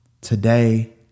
Today